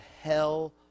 hell